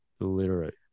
Illiterate